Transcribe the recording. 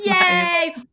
Yay